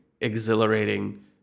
exhilarating